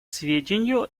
сведению